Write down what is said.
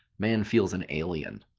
man feels an alien,